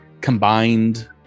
combined